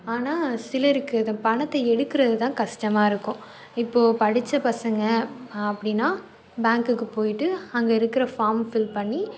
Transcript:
ஆனால் சிலருக்கு இதை பணத்தை எடுக்கிறது தான் கஷ்டமா இருக்கும் இப்போ படித்த பசங்கள் அப்படின்னா பேங்க்குக்கு போய்விட்டு அங்கே இருக்கிற ஃபார்ம் ஃபில் பண்ணி